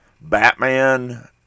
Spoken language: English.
Batman